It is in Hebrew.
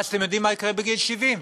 ואז, אתם יודעים מה יקרה בגיל 70?